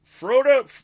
Frodo